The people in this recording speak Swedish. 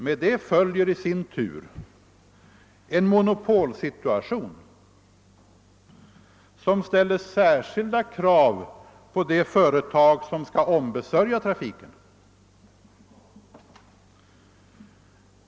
Med det följer i sin tur en monopolsituation som ställer särskilda krav på de företag som skall ombesörja trafiken.